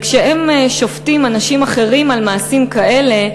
כשהם שופטים אנשים אחרים על מעשים כאלה,